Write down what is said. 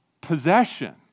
possession